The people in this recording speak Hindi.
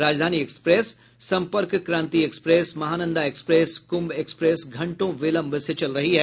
राजधानी express Sampark Kranti express Mahananda express Kumbh express घंटों विलंब से चल रही है